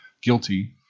guilty